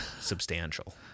substantial